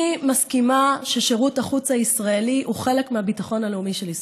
אני מסכימה ששירות החוץ הישראלי הוא חלק מהביטחון הלאומי של ישראל.